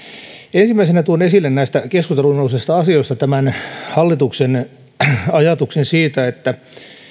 ensimmäisenä tuon esille näistä keskusteluun nousseista asioista hallituksen ajatuksen siitä että